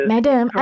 Madam